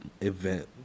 event